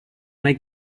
make